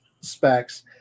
specs